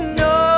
no